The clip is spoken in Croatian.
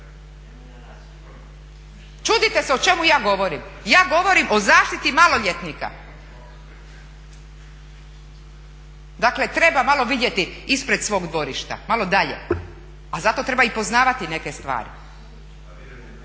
Čudite se o čemu ja govorim, ja govorim o zaštiti maloljetnika. Dakle treba malo vidjeti ispred svog dvorišta, malo dalje, a zato treba i poznavati neke stvari.